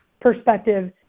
perspective